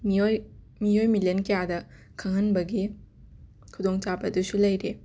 ꯃꯤꯑꯣꯏ ꯃꯤꯑꯣꯏ ꯃꯤꯂꯤꯌꯟ ꯀꯌꯥꯗ ꯈꯪꯍꯟꯕꯒꯤ ꯈꯨꯗꯣꯡꯆꯥꯕꯗꯨꯁꯨ ꯂꯩꯔꯤ